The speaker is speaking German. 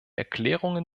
erklärungen